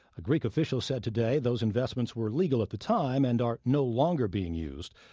a greek official said today those investments were legal at the time and are no longer being used.